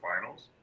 finals